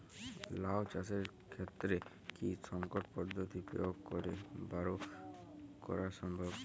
লাও চাষের ক্ষেত্রে কি সংকর পদ্ধতি প্রয়োগ করে বরো করা সম্ভব?